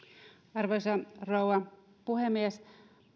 arvoisa rouva puhemies